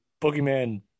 Boogeyman